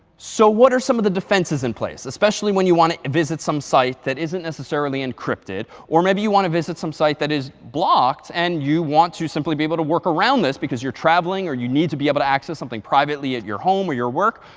so what are some of the defenses in place, especially when you want to visit some site that isn't necessarily encrypted? or maybe you want to visit some site that is blocked, and you want to simply be able to work around this, because you're traveling or you need to be able to access something privately at your home or your work.